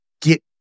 get